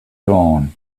dawn